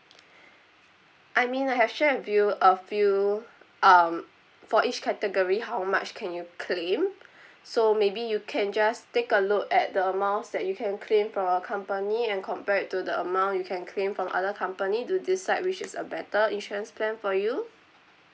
I mean I have shared with you a few um for each category how much can you claim so maybe you can just take a look at the amounts that you can claim from our company and compare it to the amount you can claim from other company to decide which is a better insurance plan for you